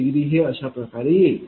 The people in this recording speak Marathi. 27°हे अशाप्रकारे येईल